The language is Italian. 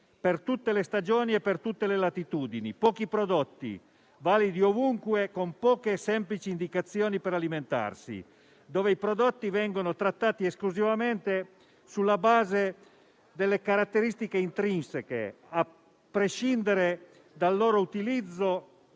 per tutte le stagioni e per tutte le latitudini, con pochi prodotti validi ovunque, con poche e semplici indicazioni per alimentarsi, dove i prodotti vengono trattati esclusivamente sulla base delle caratteristiche intrinseche, a prescindere dal loro utilizzo